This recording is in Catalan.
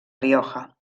rioja